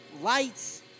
lights